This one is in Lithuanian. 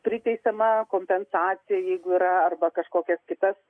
priteisiama kompensacija jeigu yra arba kažkokias kitas